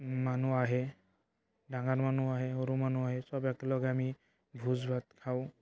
মানুহ আহে ডাঙৰ মানুহ আহে সৰু মানুহ আহে চব একেলগে আমি ভোজ ভাত খাওঁ